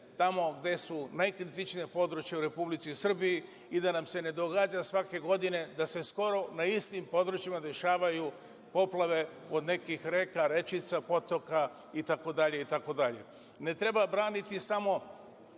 tamo gde su najkritičnija područja u Republici Srbiji i da nam se ne događa svake godine da se skoro na istim područjima dešavaju poplave od nekih reka, rečica, potoka, itd. Ne treba braniti samo